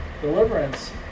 deliverance